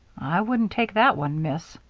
i wouldn't take that one, miss,